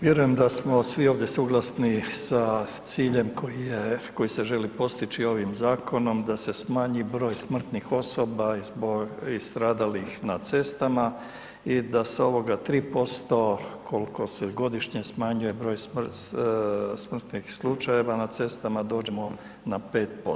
Vjerujem da smo svi ovdje suglasni sa ciljem koji se želi postići ovim zakonom da se smanji broj smrtnih osoba i stradalih na cestama i da s ovog 3% koliko se godišnje smanjuje broj smrtnih slučajeva na cestama dođemo na 5%